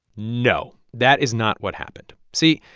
no, that is not what happened. see,